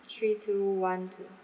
three two one two